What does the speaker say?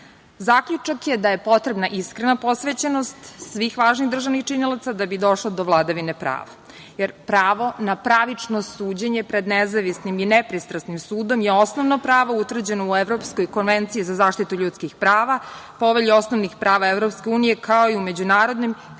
aktima. Zaključak je da je potrebna iskrena posvećenost svih važnih državnih činilaca da bi došlo do vladavine prava, jer pravo na pravično suđenje pred nezavisnim i nepristrasnim sudom je osnovno pravo utvrđeno u Evropskoj konvenciji za zaštitu ljudskih prava, Povelju osnovnih prava EU, kao i u međunarodnim, a i